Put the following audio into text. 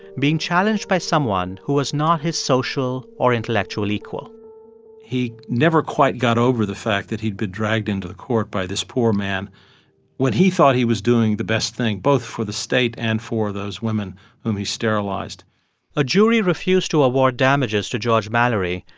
being challenged by someone who was not his social or intellectual equal he never quite got over the fact that he'd been dragged into the court by this poor man when he thought he was doing the best thing, both for the state and for those women whom he sterilized a jury refused to award damages to george mallory,